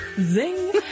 Zing